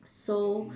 so